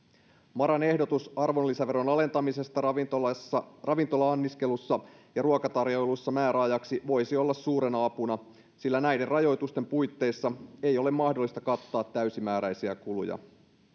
maran ehdotus arvonlisäveron alentamisesta ravintola anniskelussa ja ruokatarjoilussa määräajaksi voisi olla suurena apuna sillä näiden rajoitusten puitteissa ei ole mahdollista kattaa täysimääräisiä kuluja